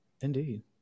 indeed